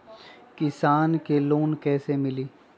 किसान के लोन कैसे मिली?